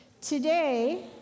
Today